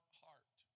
heart